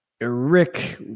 Rick